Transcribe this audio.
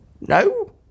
No